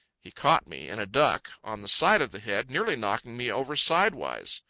he caught me, in a duck, on the side of the head nearly knocking me over sidewise.